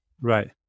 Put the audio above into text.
Right